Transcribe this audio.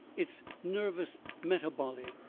its nervous metaboly.